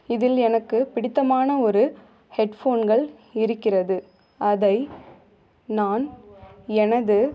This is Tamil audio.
இதில் எனக்குப் பிடித்தமான ஒரு ஹெட் ஃபோன்கள் இருக்கிறது அதை நான் எனது